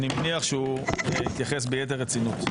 אני מניח שהוא יתייחס ביתר רצינות.